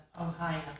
Ohio